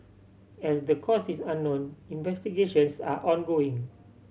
as the cause is unknown investigations are ongoing